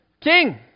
King